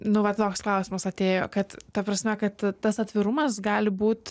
nu va toks klausimas atėjo kad ta prasme kad tas atvirumas gali būt